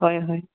হয় হয়